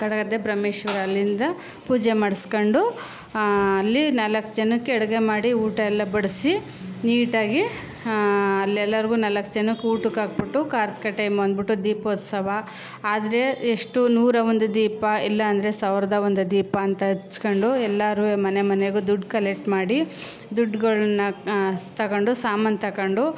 ಕಡಗದ್ದೆ ಬ್ರಹ್ಮೇಶ್ವರ ಅಲ್ಲಿಂದ ಪೂಜೆ ಮಾಡ್ಸ್ಕೊಂಡು ಅಲ್ಲಿ ನಾಲ್ಕು ಜನಕ್ಕೆ ಅಡುಗೆ ಮಾಡಿ ಊಟ ಎಲ್ಲ ಬಡಿಸಿ ನೀಟಾಗಿ ಅಲ್ಲೆಲ್ಲರ್ಗೂ ನಾಲ್ಕು ಜನಕ್ಕೆ ಊಟಕ್ಕೆ ಹಾಕ್ಬಿಟ್ಟು ಕಾರ್ತ್ಕದ್ದು ಟೈಮ್ ಅಂದ್ಬಿಟ್ಟು ದೀಪೋತ್ಸವ ಆದರೆ ಎಷ್ಟು ನೂರ ಒಂದು ದೀಪ ಇಲ್ಲ ಅಂದರೆ ಸಾವಿರ್ದ ಒಂದು ದೀಪ ಅಂತ ಹಚ್ಕೊಂಡು ಎಲ್ಲರುವೇ ಮನೆ ಮನೆಗೂ ದುಡ್ಡು ಕಲೆಕ್ಟ್ ಮಾಡಿ ದುಡ್ಡುಗಳ್ನ ತಗೊಂಡು ಸಾಮಾನು ತಗೊಂಡು